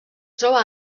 troba